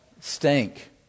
stink